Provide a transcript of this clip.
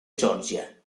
georgia